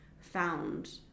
found